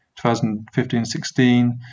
2015-16